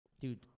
Dude